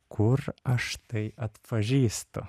kur aš tai atpažįstu